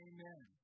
Amen